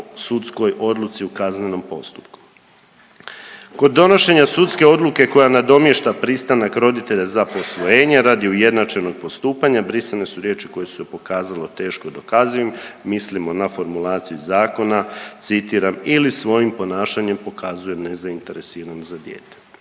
sudskoj odluci u kaznenom postupku. Kod donošenja sudske odluke koja nadomješta pristanak roditelja za posvojenje radi ujednačenog postupanja brisane su riječi koje su se pokazale teško dokazivim, mislimo na formulaciji iz zakona citiram „ili svojim ponašanjem pokazuje nezainteresiranost za dijete.“.